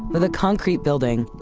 but the concrete building,